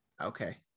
Okay